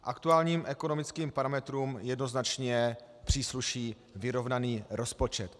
Aktuálním ekonomickým parametrům jednoznačně přísluší vyrovnaný rozpočet.